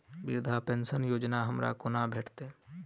वृद्धा पेंशन योजना हमरा केना भेटत?